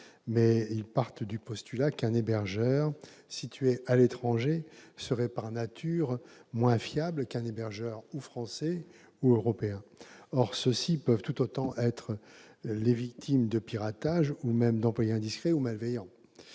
mais partent du postulat qu'un hébergeur situé à l'étranger serait par nature moins fiable qu'un hébergeur français ou européen. Or ceux-ci peuvent tout autant être les victimes de piratages ou même d'employés indiscrets ou malveillants.